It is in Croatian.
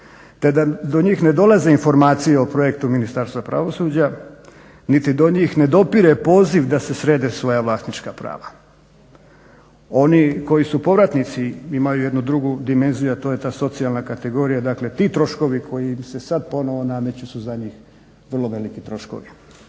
te da do njih ne dolaze informacije o projektu Ministarstva pravosuđa niti do njih ne dopire poziv da se srede svoja vlasnička prava. Oni koji su povratnici imaju jednu drugu dimenziju a to je ta socijalna kategorija. Dakle ti troškovi koji im se sad ponovo nameću su za njih vrlo veliki troškovi.